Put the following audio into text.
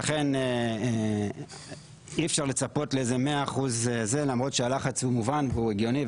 ולכן אי אפשר לצפות ל-100% למרות שהלחץ הוא מובן והגיוני,